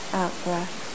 out-breath